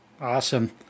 Awesome